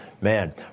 man